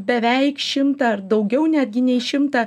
beveik šimtą ar daugiau netgi nei šimtą